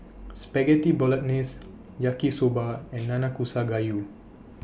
Spaghetti Bolognese Yaki Soba and Nanakusa Gayu